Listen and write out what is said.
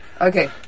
okay